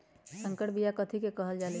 संकर बिया कथि के कहल जा लई?